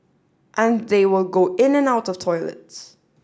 and they will go in and out of toilets